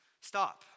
stop